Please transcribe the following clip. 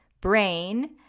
brain